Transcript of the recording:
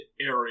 area